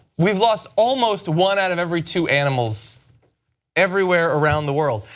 we've lost almost one out of every two animals everywhere around the world.